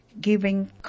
Giving